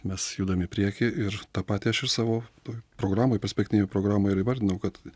mes judam į priekį ir tą patį aš ir savo toj programoj perspektinėj programoj ir įvardinau kad